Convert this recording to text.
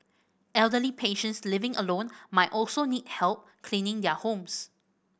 elderly patients living alone might also need help cleaning their homes